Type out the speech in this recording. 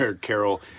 Carol